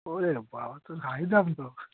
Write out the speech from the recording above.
ওরে বাবা তো হাই দাম তো